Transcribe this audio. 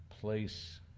place